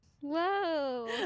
Whoa